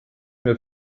mehr